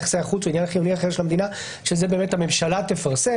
יחסי החוץ ועניין חיוני אחר של המדינה שאת זה באמת הממשלה תפרסם.